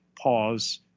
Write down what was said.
pause